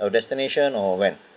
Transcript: our destination or when